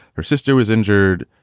her sister was injured.